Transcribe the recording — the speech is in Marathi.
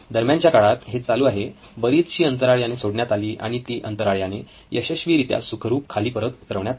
दरम्यानच्या काळात हे चालू आहे बरीचशी अंतराळ याने सोडण्यात आली आणि ती अंतराळयाने यशस्वीरित्या सुखरूप खाली परत उतरवण्यात आली